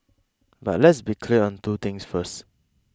but let's be clear on two things first